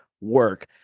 work